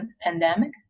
pandemic